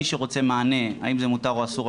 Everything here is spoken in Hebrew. מי שרוצה מענה האם זה מותר או אסור,